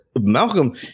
Malcolm